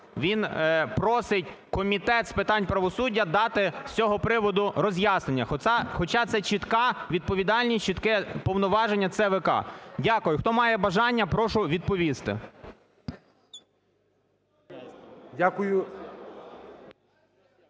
він просить Комітет з питань правосуддя дати з цього приводу роз'яснення, хоча це чітка відповідальність, чітке повноваження ЦВК. Дякую. Хто має бажання, прошу відповісти.